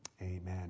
Amen